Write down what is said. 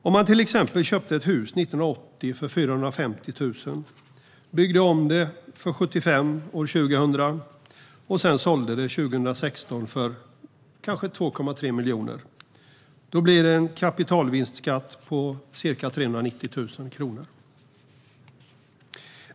Om man till exempel köpte ett hus 1980 för 450 000, byggde om det 2000 för 75 000 och sedan sålde det 2016 för kanske 2,3 miljoner, då blir skatten på kapitalvinsten ca 390 000 kronor.